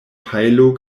pajlo